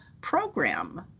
program